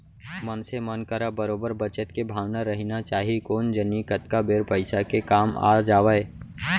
मनसे मन करा बरोबर बचत के भावना रहिना चाही कोन जनी कतका बेर पइसा के काम आ जावय